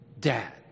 Dad